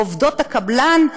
עובדות הקבלן,